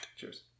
Cheers